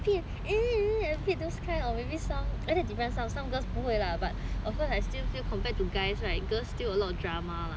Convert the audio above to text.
a bit eh a bit those kind of maybe some some girls 不会 lah I still feel compared to guys like girls still a lot of drama lah